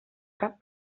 cap